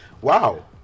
Wow